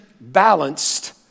balanced